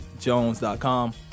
jones.com